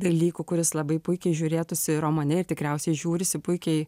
dalykų kuris labai puikiai žiūrėtųsi romane ir tikriausiai žiūrisi puikiai